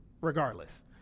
regardless